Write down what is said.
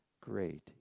great